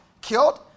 killed